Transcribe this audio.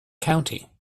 county